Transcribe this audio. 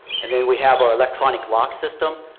and then we have our electronic lock system.